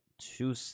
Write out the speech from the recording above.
two